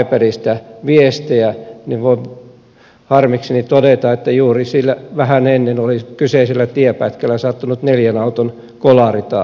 ipadista viestejä niin voin harmikseni todeta että juuri vähän ennen oli kyseisellä tienpätkällä sattunut neljän auton kolari taas